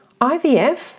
IVF